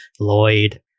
lloyd